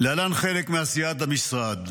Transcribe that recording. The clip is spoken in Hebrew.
להלן חלק מעשיית המשרד: